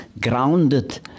grounded